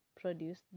produce